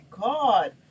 God